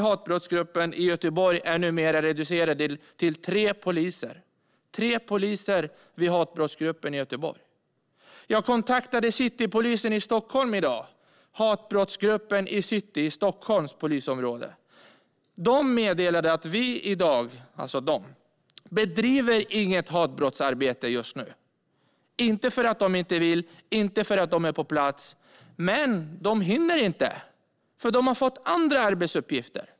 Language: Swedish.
Hatbrottsgruppen i Göteborg är numera reducerad till tre poliser. Jag kontaktade hatbrottsgruppen i City i Stockholms polisområde i dag. De meddelade att de inte bedriver något hatbrottsarbete just nu. Det beror inte på att de inte vill och inte på att de inte är på plats. De hinner inte, eftersom de har fått andra arbetsuppgifter.